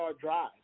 drive